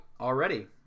already